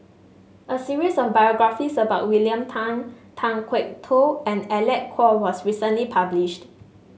a series of biographies about William Tan Tan Kwok Toh and Alec Kuok was recently published